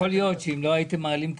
יכול להיות שאם לא הייתם מעלים את